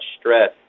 stress